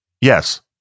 Yes